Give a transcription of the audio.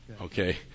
Okay